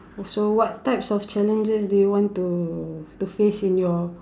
so what types of challenges do you want to face in your